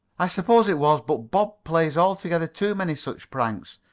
i suppose it was, but bob plays altogether too many such pranks.